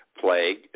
plague